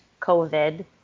COVID